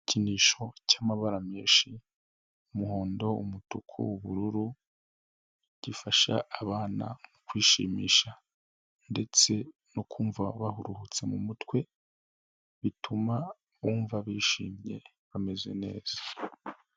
Igikinisho cy'amabara menshi umuhondo, umutuku, ubururu, gifasha abana kwishimisha ndetse no kumva baruhutse mu mutwe, bituma bumva bishimye bameze neza.